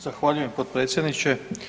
Zahvaljujem, potpredsjedniče.